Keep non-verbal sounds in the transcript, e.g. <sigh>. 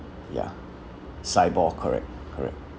ya sibor correct correct uh <noise>